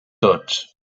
tots